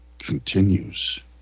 Continues